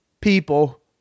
people